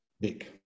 big